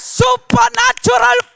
supernatural